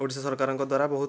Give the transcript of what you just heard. ଓଡ଼ିଶା ସରକାରଙ୍କ ଦ୍ୱାରା ବହୁତ